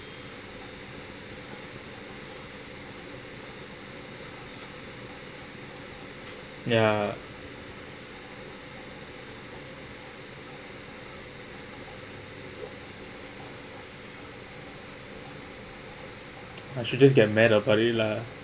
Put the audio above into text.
ya I should just get mad upon it lah